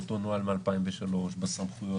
אותו נוהל מ-2003 בסמכויות,